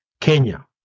Kenya